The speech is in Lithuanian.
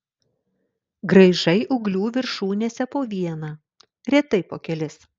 graižai ūglių viršūnėse po vieną retai po kelis